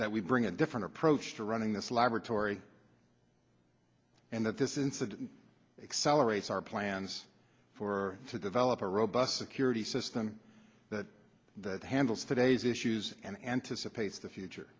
that we bring a different approach to running this laboratory and that this incident accelerates our plans for to develop a robust security system that that handles today's issues and anticipates the future